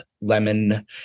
lemon